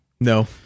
No